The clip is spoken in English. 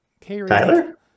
Tyler